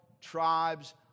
tribes